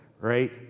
right